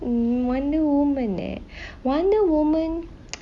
mm wonder woman eh